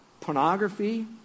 pornography